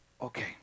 Okay